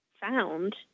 found